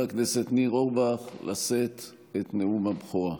הכנסת ניר אורבך לשאת את נאום הבכורה.